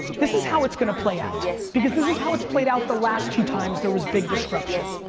this is how it's gonna play out because this is how it's played out the last two times there was big disruption.